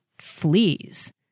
fleas